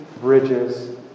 bridges